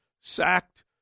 sacked